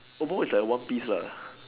almost is like one piece lah